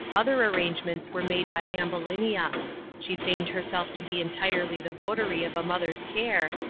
other arrangements were made by ambulinia she feigned herself to be entirely the votary of a mother's care,